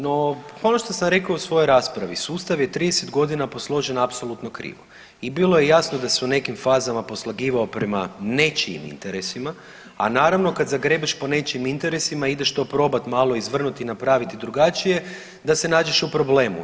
No ono što sam rekao u svojoj raspravi, sustav je 30.g. posložen apsolutno krivo i bilo je jasno da se u nekim fazama poslagivao prema nečijim interesima, a naravno kad zagrebeš po nečijim interesima ideš to probat malo izvrnuti i napraviti drugačije da se nađeš u problemu.